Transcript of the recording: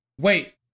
wait